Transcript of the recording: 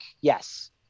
Yes